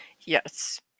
Yes